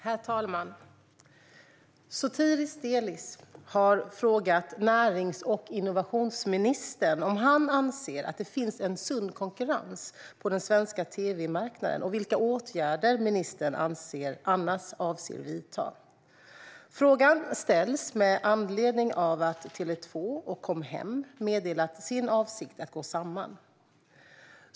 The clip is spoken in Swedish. Herr talman! Sotiris Delis har frågat närings och innovationsministern om han anser att det finns en sund konkurrens på den svenska tv-marknaden och vilka åtgärder ministern annars avser att vidta. Frågan ställs med anledning av att Tele 2 och Com Hem meddelat sin avsikt att gå samman.